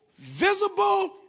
visible